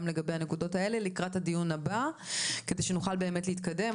לגבי הנקודות האלה לקראת הדיון הבא כדי שנוכל להתקדם.